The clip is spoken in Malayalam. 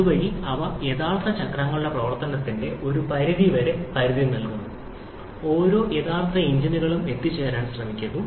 അതുവഴി അവ യഥാർത്ഥ ചക്രങ്ങളുടെ പ്രവർത്തനത്തിന്റെ ഒരു പരിധിവരെ പരിധി നൽകുന്നു ഓരോ യഥാർത്ഥ എഞ്ചിനുകളും എത്തിച്ചേരാൻ ശ്രമിക്കുന്നു